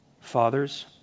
fathers